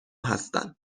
هستن